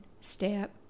step